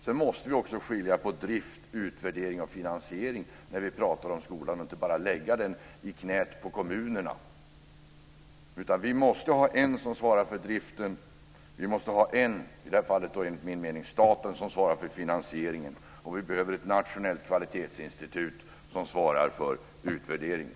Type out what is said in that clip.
Sedan måste vi också skilja på drift, utvärdering och finansiering när vi talar om skolan och inte bara lägga det hela i knäet på kommunerna. I stället måste vi ha en som svarar för driften och en - i det här fallet, enligt min mening, staten - som svarar för finansieringen. Dessutom behöver vi ett nationellt kvalitetsinstitut som svarar för utvärderingen.